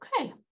Okay